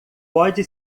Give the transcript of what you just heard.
pode